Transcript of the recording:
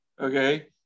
okay